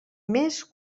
més